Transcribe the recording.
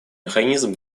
механизм